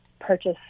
purchase